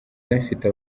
unafite